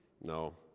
No